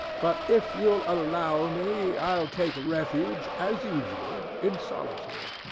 but if you'll allow me, i'll take refuge, as usual, in solitude.